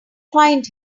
find